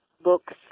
books